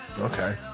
Okay